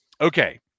Okay